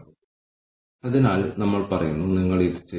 കൂടാതെ ഈ വിശദമായ വിശകലനം ഒരു കാര്യകാരണ ശൃംഖല സ്കോർകാർഡ് ആയിരിക്കും